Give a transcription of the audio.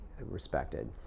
respected